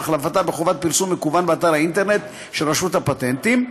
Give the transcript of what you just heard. והחלפתה בחובת פרסום מקוון באתר האינטרנט של רשות הפטנטים.